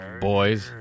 Boys